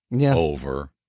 over